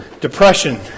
depression